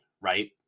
right